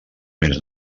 més